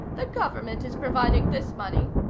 the government is providing this money.